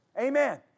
Amen